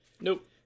Nope